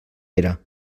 era